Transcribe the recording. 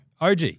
OG